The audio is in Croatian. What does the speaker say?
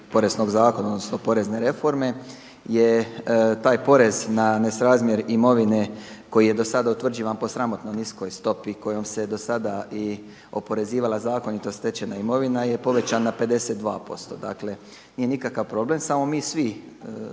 Poreznog zakona odnosno porezne reforme je taj porez na nesrazmjer imovine koji je dosada utvrđivan po sramotno niskim kojom se dosada i oporezivala zakonito stečena imovina je povećan na 52%. Dakle nije nikakav problem, samo mi svi građani